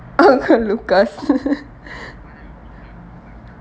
lucas